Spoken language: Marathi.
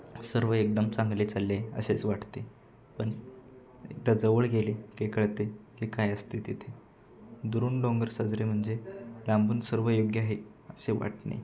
सर्व एकदम चांगले चालले आहे असेच वाटते पण एकदा जवळ गेले की कळते की काय असते तिथे दुरून डोंगर साजरे म्हणजे लांबून सर्व योग्य आहे असे वाटणे